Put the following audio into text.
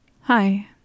hi